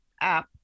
app